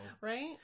Right